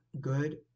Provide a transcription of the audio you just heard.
good